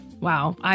Wow